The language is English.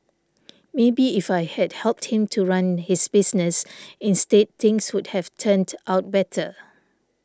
maybe if I had helped him to run his business instead things would have turned out better